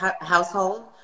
household